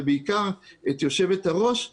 ובעיקר את יושבת ראש הוועדה,